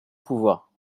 pouvoir